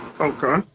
Okay